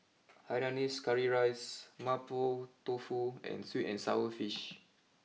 Hainanese Curry Rice Mapo Tofu and sweet and Sour Fish